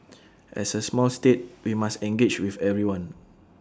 as A small state we must engage with everyone